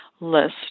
list